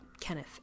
Kenneth